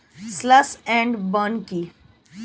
Slash and burn কি?